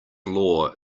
law